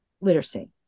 literacy